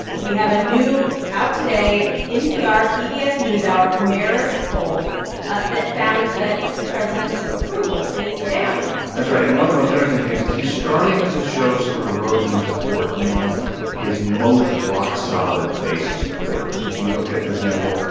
we have a new out today npr pbs ah newshour marist poll that found that the president's approval is down that's right. and one of the most interesting things is he's starting to show some erosion in support among his most rock-solid base of supporters. if you look at, for example,